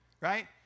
Right